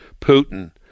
Putin